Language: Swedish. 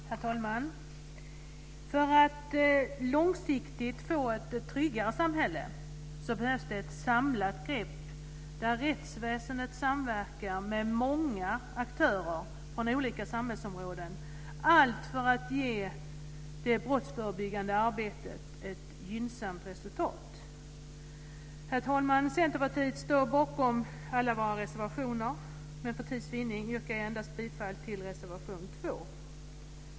Herr talman! För att man långsiktigt ska få ett tryggare samhälle behövs ett samlat grepp där rättsväsendet samverkar med många aktörer från olika samhällsområden, allt för att ge det brottsförebyggande arbetet ett gynnsamt resultat. Herr talman! Vi i Centerpartiet står bakom alla våra reservationer, men för tids vinning yrkar jag bifall endast till reservation 2.